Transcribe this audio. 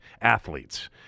athletes